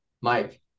Mike